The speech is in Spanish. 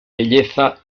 belleza